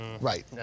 Right